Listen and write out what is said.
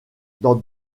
dans